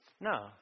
No